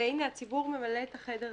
והנה הציבור ממלא את החדר הזה,